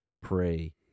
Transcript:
pray